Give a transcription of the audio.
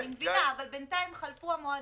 אני מבינה, אבל בינתיים גם חלפו המועדים.